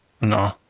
No